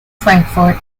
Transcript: frankfort